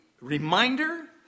reminder